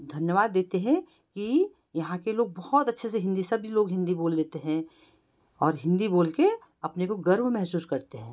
धन्यवाद देते हैं कि यहाँ के लोग बहुत अच्छे से हिंदी सभी लोग हिंदी बोल लेते हैं और हिंदी बोलके अपने को गर्व महसूस करते हैं